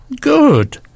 Good